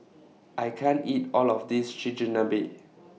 I can't eat All of This Chigenabe